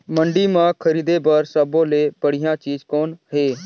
मंडी म खरीदे बर सब्बो ले बढ़िया चीज़ कौन हे?